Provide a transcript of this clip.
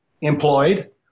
employed